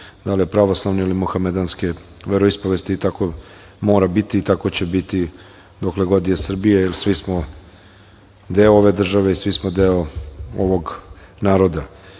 da li je pravoslavne ili muhamedanske veroispovesti i tako mora biti i tako će biti dokle god je Srbije, jer svi smo deo ove države i svi smo deo ovog naroda.I